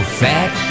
fat